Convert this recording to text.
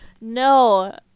No